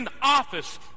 office